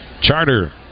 Charter